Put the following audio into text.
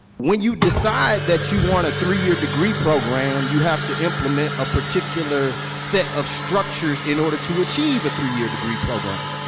when you decide that you want a three year degree program, you have to implement a particular set of structures in order to achieve a three year degree program.